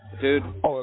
Dude